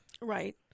Right